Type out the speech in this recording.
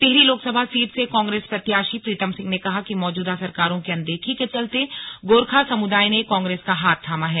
Tehri Lok Sabha seat से Congress प्रत्याशी प्रीतम सिंह ने कहा कि मौजूदा सरकारों की अनदेखी के चलते गोरखा समुदाय ने कांग्रेस का हाथ थामा है